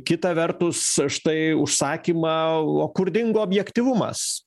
kita vertus štai užsakymą o kur dingo objektyvumas